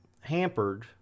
hampered